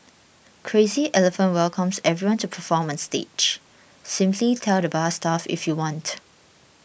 Crazy Elephant welcomes everyone to perform on stage simply tell the bar staff if you want